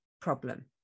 problem